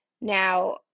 Now